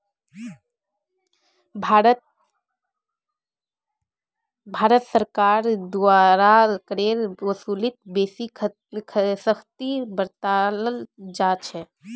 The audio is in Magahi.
भारत सरकारेर द्वारा करेर वसूलीत बेसी सख्ती बरताल जा छेक